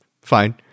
fine